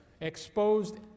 exposed